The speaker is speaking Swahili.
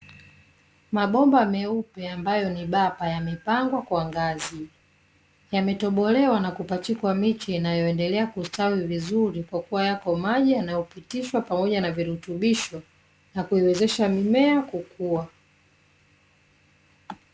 Mabomba meupe ambayo ni bapa yamepangwa kwa ngazi, yametobolewa na kupachikwa miche inayoendelea kustawi vizuri kwa kuwa yapo maji yanayopitishwa pamoja na virutubisho na kuiwezesha mimea kukua.